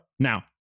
Now